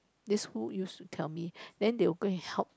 this who use to tell me then they will go and help